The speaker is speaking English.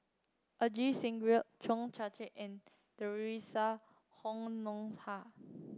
Ajit Singh Gill Cheo Chai Chi and Theresa Honoha